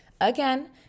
again